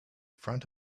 front